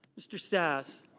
mr. sasse.